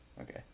okay